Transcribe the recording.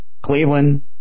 Cleveland